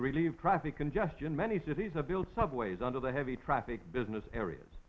relieve traffic congestion many cities are built subways under the heavy traffic business areas